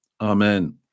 amen